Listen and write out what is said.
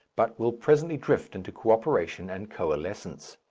but will presently drift into co-operation and coalescence.